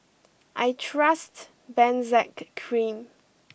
I trust Benzac Cream